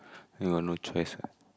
you got no choice what